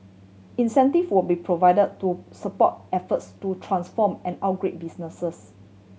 incentive will be provide to support efforts to transform and upgrade businesses